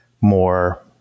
more